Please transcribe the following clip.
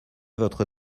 votre